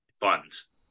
funds